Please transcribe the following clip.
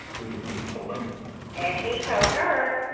reta's niece told him and he told her,